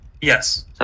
Yes